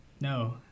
No